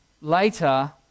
later